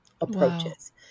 approaches